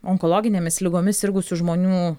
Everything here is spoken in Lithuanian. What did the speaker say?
onkologinėmis ligomis sirgusių žmonių